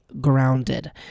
grounded